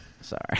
Sorry